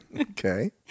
Okay